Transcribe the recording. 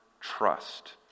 trust